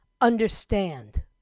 understand